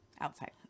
outside